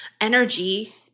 energy